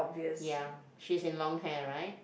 ya she is in long hair right